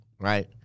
right